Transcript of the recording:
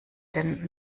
denn